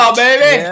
baby